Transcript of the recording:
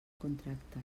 contracte